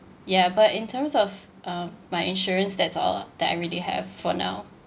ya but in terms of um my insurance that's all that I really have for now